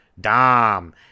Dom